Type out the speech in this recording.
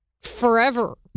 forever